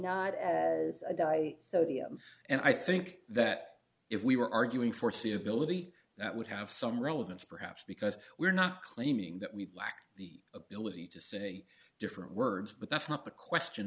not as a die sodium and i think that if we were arguing foreseeability that would have some relevance perhaps because we're not claiming that we lack the ability to say different words but that's not the question